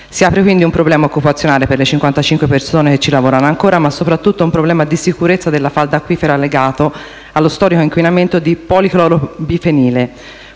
Si apre, quindi, un problema occupazionale per le 55 persone che ancora ci lavorano, ma soprattutto un problema di sicurezza della falda acquifera legato allo storico inquinamento di policlorobifenile,